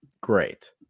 Great